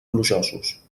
plujosos